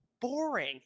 boring